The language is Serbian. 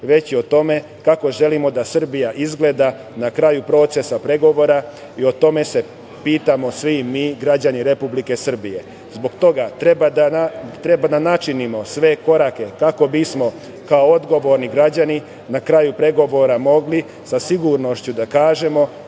već i o tome kako želimo da Srbija izgleda na kraju procesa pregovora i o tome se pitamo svi mi građani Republike Srbije. Zbog toga, treba da načinimo sve korake kako bismo kao odgovorni građani na kraju pregovora mogli sa sigurnošću da kažemo